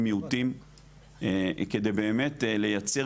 אנחנו מרחיבים את התכנית עכשיו גם למיעוטים כדי באמת לייצר